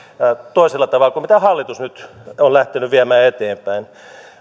toisella tavalla kuin mitä hallitus nyt on lähtenyt viemään eteenpäin